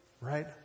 right